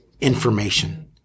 information